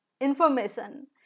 information